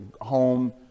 home